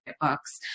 books